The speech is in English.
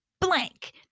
blank